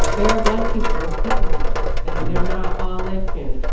there are black people in speaking roles and they're not all light-skinned.